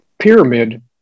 pyramid